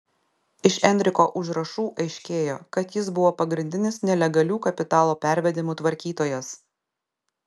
iš enriko užrašų aiškėjo kad jis buvo pagrindinis nelegalių kapitalo pervedimų tvarkytojas